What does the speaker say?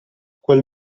quel